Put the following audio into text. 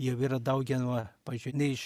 jau yra dauginama pavyzdžiui ne iš